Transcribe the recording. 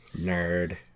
Nerd